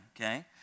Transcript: Okay